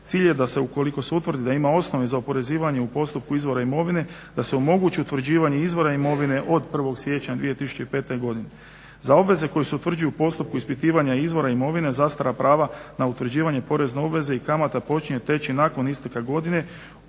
cilj je da se ukoliko se utvrdi da ima osnove za oporezivanje u postupku izvora imovine da se omogući utvrđivanje izvora imovine od 1. siječnja 2005. godine. Za obveze koje se utvrđuju u postupku ispitivanja izvora imovine zastara prava na utvrđivanje porezne obveze i kamate počinje teći nakon isteka godine